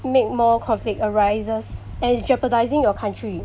make more conflict arises and it's jeopardizing your country